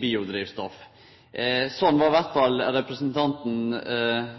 biodrivstoff. Slik var i alle fall representanten